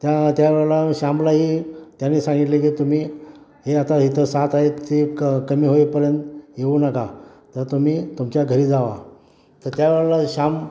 त्या त्यावेळेला श्यामलाही त्यांनी सांगितलं की तुम्ही हे आता इथं साथ आहे ती क कमी होईपर्यंत येऊ नका तर तुम्ही तुमच्या घरी जावा तर त्यावेळेला श्याम